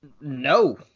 No